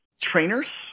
Trainers